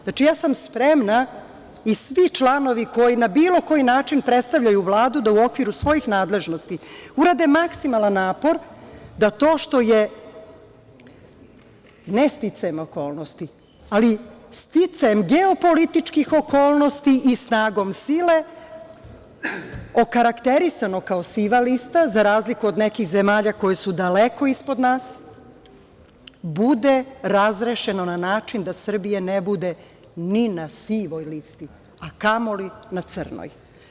Znači, ja sam spremna i svi članovi koji na bilo koji način predstavljaju Vladu da u okviru svojih nadležnosti urade maksimalan napor da to što je ne sticajem okolnosti, ali sticajem geopolitičkih okolnosti i snagom sile, okarakterisano kao siva lista, za razliku od nekih zemalja koje su daleko ispod nas, bude razrešeno na način da Srbija ne bude ni na sivoj listi, a kamoli na crnoj.